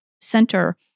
center